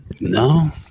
no